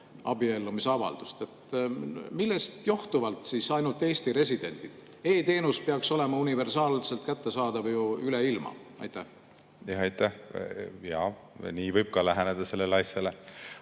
abiellumisavaldust. Millest johtuvalt siis ainult Eesti residendid? E‑teenus peaks olema universaalselt kättesaadav ju üle ilma. Aitäh! Jaa, ka nii võib läheneda sellele asjale.